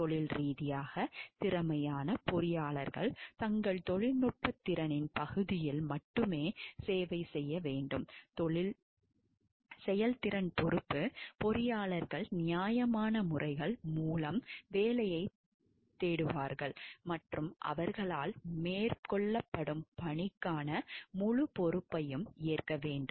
தொழில்ரீதியாகத் திறமையான பொறியாளர்கள் தங்கள் தொழில்நுட்பத் திறனின் பகுதியில் மட்டுமே சேவை செய்ய வேண்டும் செயல்திறன் பொறுப்பு பொறியாளர்கள் நியாயமான முறைகள் மூலம் வேலையைத் தேடுவார்கள் மற்றும் அவர்களால் மேற்கொள்ளப்படும் பணிக்கான முழுப் பொறுப்பையும் ஏற்க வேண்டும்